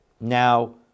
now